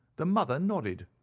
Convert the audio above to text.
the mother nodded.